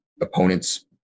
opponent's